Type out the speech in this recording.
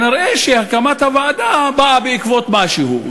נראה שהקמת הוועדה באה בעקבות משהו.